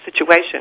situation